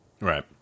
Right